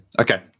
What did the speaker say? Okay